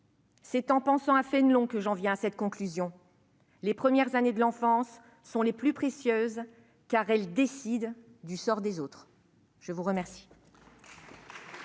C'est en pensant à Fénelon que j'ai été amenée à cette conclusion :« Les premières années de l'enfance sont les plus précieuses, elles décident du sort des autres. » La parole